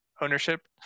ownership